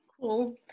cool